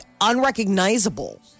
unrecognizable